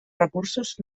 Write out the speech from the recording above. recursos